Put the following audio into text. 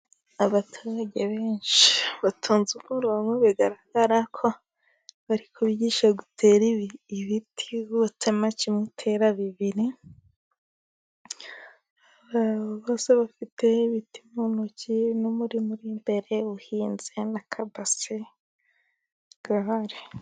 Abaturage benshi batonze umurongo, bigaragara ko bari kubigisha gutera ibiti，utema kimwe utera bibiri， bose bafite ibiti mu ntoki n'umurima uri imbere uhinze，n’akabase gahari.